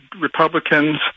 Republicans